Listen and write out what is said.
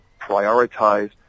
prioritize